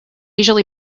usually